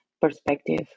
perspective